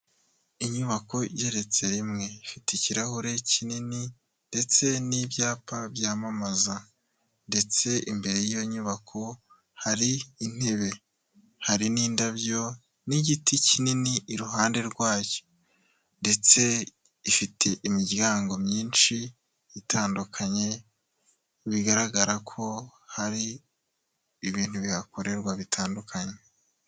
Inyubako igereretse rimwe, ifite ikirahure kinini ndetse n'ibyapa byamamaza ndetse imbere y'iyo nyubako hari intebe, hari n'indabyo n'igiti kinini iruhande rwayo ndetse ifite imiryango myinshi itandukanye, bigaragara ko hari ibintu bihakorerwa bitandukanye.